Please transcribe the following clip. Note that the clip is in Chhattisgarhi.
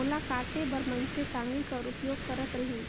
ओला काटे बर मइनसे टागी कर उपयोग करत रहिन